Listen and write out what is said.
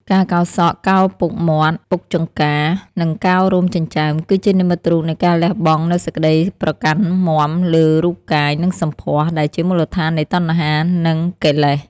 ការកោរសក់ កោរពុកមាត់ពុកចង្កា និងកោររោមចិញ្ចើម គឺជានិមិត្តរូបនៃការលះបង់នូវសេចក្តីប្រកាន់មាំលើរូបកាយ និងសម្ផស្ស ដែលជាមូលដ្ឋាននៃតណ្ហា និងកិលេស។